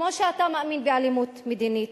כמו שאתה מאמין באלימות מדינית.